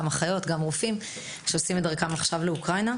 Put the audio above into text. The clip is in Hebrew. גם אחיות וגם רופאים שעושים את דרכם עכשיו לאוקראינה.